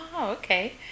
okay